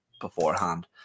beforehand